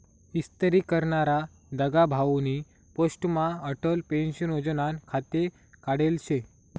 इस्तरी करनारा दगाभाउनी पोस्टमा अटल पेंशन योजनानं खातं काढेल शे